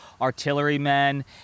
artillerymen